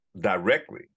directly